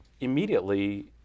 immediately